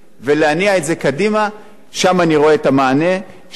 שם אני רואה את המענה, שם אני רואה את הפתרון.